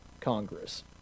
congress